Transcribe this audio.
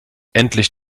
endlich